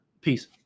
Peace